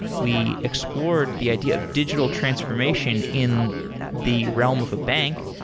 we explored the idea of digital transformation in the realm of a bank.